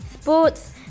sports